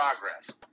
progress